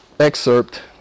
excerpt